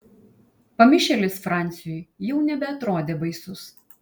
pamišėlis franciui jau nebeatrodė baisus